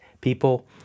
people